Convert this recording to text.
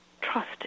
trust